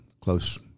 close